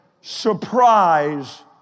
surprise